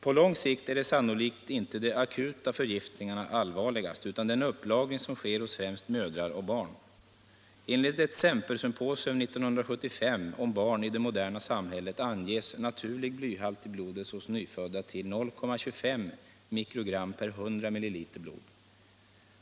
På lång sikt är sannolikt inte de akuta förgiftningarna allvarligast utan den upplagring som sker hos främst mödrar och barn. Enligt ett Sempersymposium 1975 om barn i det moderna samhället anges naturlig blyhalt i blodet hos nyfödda till 0,25 mikrogram/100 ml blod.